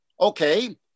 okay